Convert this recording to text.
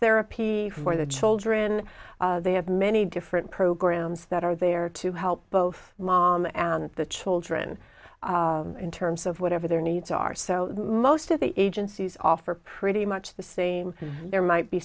therapy for the children they have many different programs that are there to help both mom and the children in terms of whatever their needs are so most of the agencies offer pretty much the same there might be